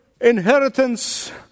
inheritance